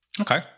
Okay